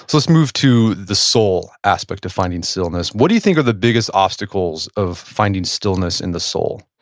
let's move to the soul aspect of finding stillness. what do you think are the biggest obstacles of finding stillness in the soul?